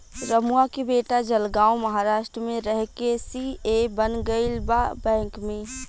रमुआ के बेटा जलगांव महाराष्ट्र में रह के सी.ए बन गईल बा बैंक में